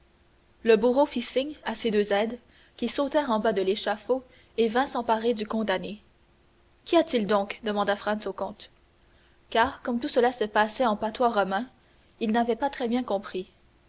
le bourreau fit signe à ses deux aides qui sautèrent en bas de l'échafaud et vinrent s'emparer du condamné qu'y a-t-il donc demanda franz au comte car comme tout cela se passait en patois romain il n'avait pas très bien compris